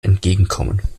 entgegenkommen